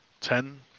Ten